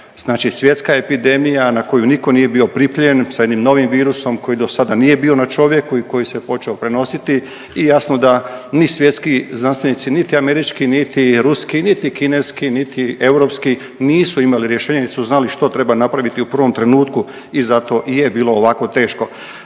znači svjetska epidemija na koju niko nije bio pripremljen, sa jednim novim virusom koji dosada nije bio na čovjeku i koji se počeo prenositi i jasno da ni svjetski znanstvenici, niti američki, niti ruski, niti kineski, niti europski nisu imali rješenje, nit su znali što treba napraviti u prvom trenutku i zato i je bilo ovako teško.